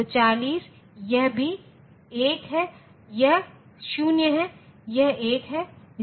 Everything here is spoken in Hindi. तो 40 यह भी 1 है यह 0 हैयह 1 है